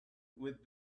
with